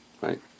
right